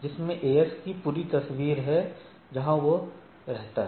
इसमें एएस की पूरी तस्वीर है जहां वह रहता है